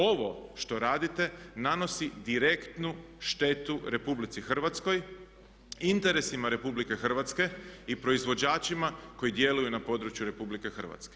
Ovo što radite nanosi direktnu štetu RH, interesima RH i proizvođačima koji djeluju na području RH.